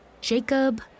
Jacob